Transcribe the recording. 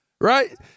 right